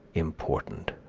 important.